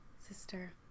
sister